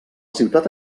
ciutat